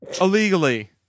illegally